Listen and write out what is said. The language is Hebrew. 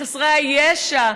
לחסרי הישע,